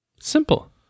Simple